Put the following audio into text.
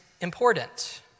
important